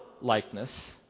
likeness